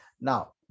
now